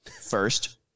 first